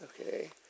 Okay